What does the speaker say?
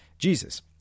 Jesus